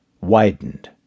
widened